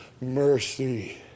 mercy